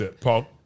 Paul